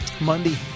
Monday